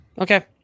Okay